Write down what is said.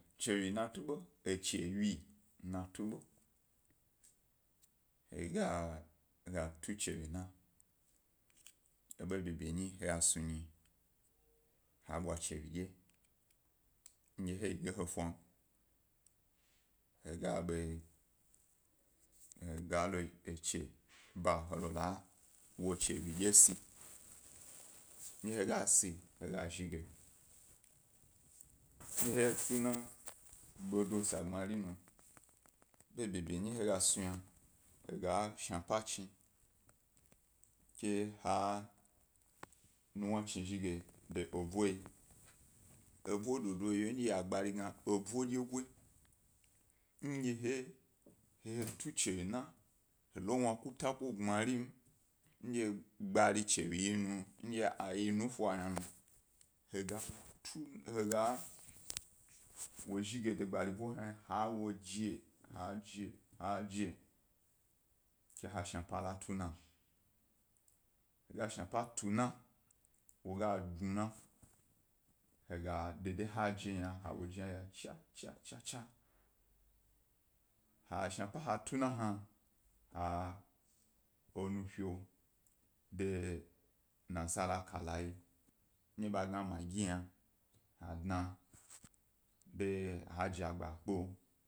Chiwyi na tu ḃo, echiwyi na tu ḃo he gaga tu chiwyi na eḃe beḃe nyi ndye he snu nyi ha bwa chiwyi dye, ndye he ḃe yi ga efan he ga lo echi ba he la wo echiwyi dye se. ndye ga si he ga zhi gen dye he ye he tuna bodo sagbmari nu, eḃo ḃeḃe nyi he gas nu yna la shna pa chi, ke ha nuwna chi zhi de ebu, eḃu dodo yo ayi wo, gbari gna ebu dyego, ndye he ye he tuchi wyi na he lowna kutan ko gbmarin ndye gbari chiwyi yi nu ndye yi nu efa yna, he ga wo zhi ge de gbari ḃu hna ke awo je, ke ha shna pe la tuna, he sha pa tuna wo guna wo ga suna de ha je yna ha wo eya cha-cha-cha, ha sha pa ha tuna hna, he enu, fe de nasara kala ndye ba gna magi hna, ha dna de ha jegba kpeu.